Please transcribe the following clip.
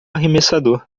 arremessador